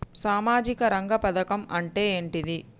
సామాజిక రంగ పథకం అంటే ఏంటిది?